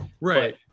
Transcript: Right